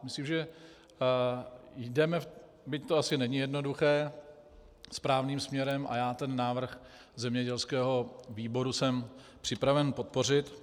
Myslím, že jdeme, byť to asi není jednoduché, správným směrem, a já ten návrh zemědělského výboru jsem připraven podpořit.